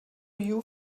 you